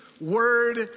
word